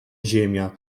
ziemia